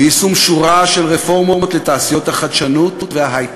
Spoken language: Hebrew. ביישום שורה של רפורמות לתעשיות החדשנות וההיי-טק,